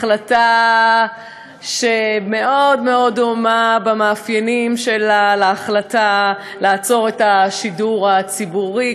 החלטה שמאוד מאוד דומה במאפיינים שלה להחלטה לעצור את השידור הציבורי,